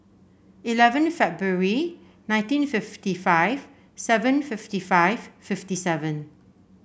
eleven February nineteen fifty five seven fifty five fifty seven